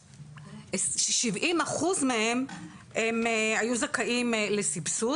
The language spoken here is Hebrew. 70 אחוז מהם הם היו זכאים לסבסוד,